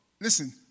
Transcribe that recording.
Listen